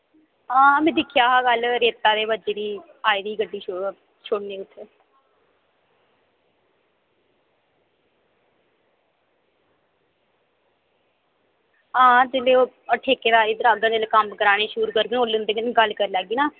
आं में दिक्खेआ हा कल्ल रेता बजरी आई दी ही गड्डी छोड़ने ई आं ते ओह् ठेकेदार करांदा जेल्लै कम्म कराने शुरू करदे ते ओल्लै उंदे कन्नै गल्ल करी लैगे ना